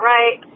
Right